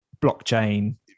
blockchain